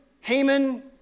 Haman